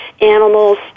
animals